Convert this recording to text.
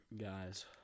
guys